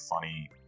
funny